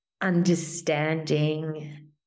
understanding